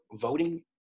voting